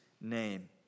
name